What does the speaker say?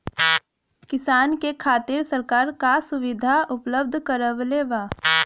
किसान के खातिर सरकार का सुविधा उपलब्ध करवले बा?